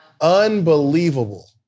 Unbelievable